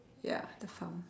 ya the farm